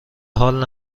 حال